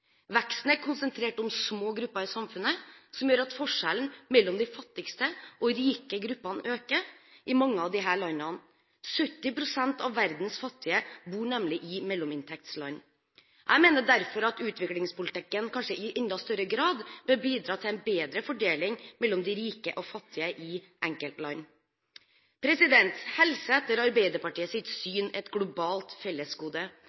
Veksten er konsentrert om små grupper i samfunnet, som gjør at forskjellen mellom de fattigste og rike gruppene øker i mange av disse landene. 70 pst. av verdens fattige bor nemlig i mellominntektsland. Jeg mener derfor at utviklingspolitikken kanskje i enda større grad bør bidra til en bedre fordeling mellom rike og fattige i enkeltland. Helse er etter Arbeiderpartiets syn et globalt fellesgode.